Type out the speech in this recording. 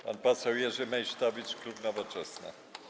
Pan poseł Jerzy Meysztowicz, klub Nowoczesna.